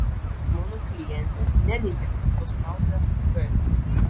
mano klientė neneigia kad nuspaudė g